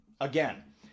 Again